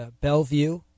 Bellevue